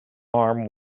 arm